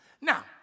Now